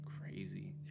crazy